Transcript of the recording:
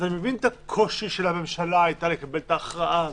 אז אני מבין את הקושי של הממשלה לקבל ההכרעה הזאת.